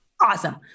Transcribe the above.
awesome